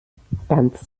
ganz